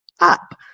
up